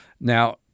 Now